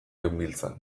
genbiltzan